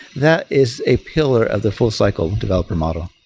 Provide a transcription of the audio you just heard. that is a pillar of the full cycle development model.